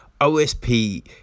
OSP